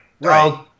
Right